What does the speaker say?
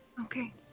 Okay